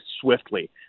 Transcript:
swiftly